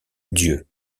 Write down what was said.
dieu